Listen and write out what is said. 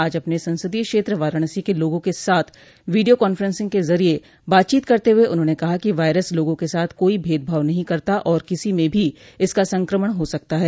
आज अपने संसदीय क्षेत्र वाराणसी के लोगों के साथ वीडियो काफ्रेंसिंग के जरिये बातचीत करते हुए उन्होंने कहा कि वायरस लोगों के साथ कोई भेदभाव नहीं करता और किसी में भी इसका संक्रमण हो सकता है